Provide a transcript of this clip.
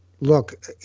Look